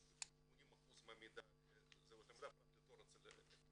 אז 80% מהמידע --- יועצת